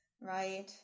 Right